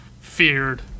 feared